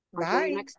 Bye